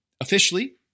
officially